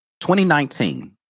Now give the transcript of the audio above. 2019